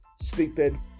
sleeping